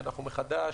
אנחנו מחדש,